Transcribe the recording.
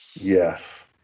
yes